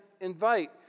invite